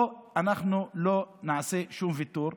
פה אנחנו לא נעשה שום ויתור.